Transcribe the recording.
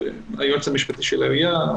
היועץ המשפטי של העירייה,